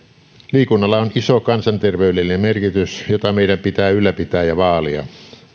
liikunnalla on iso kansanterveydellinen merkitys jota meidän pitää ylläpitää ja vaalia